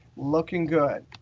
looking good.